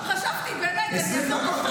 חשבתי, באמת, שאני אעזור לך.